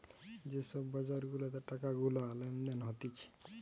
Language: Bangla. যে সব বাজার গুলাতে টাকা গুলা লেনদেন হতিছে